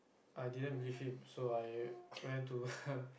I didn't believe him so I went to